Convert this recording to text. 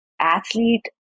athlete